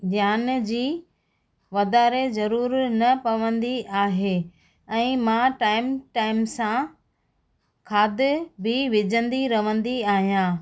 ध्यान जी वधारे ज़रूरु न पवंदी आहे ऐं मां टाइम टाइम सां खाद्य बि विझंदी रहंदी आहियां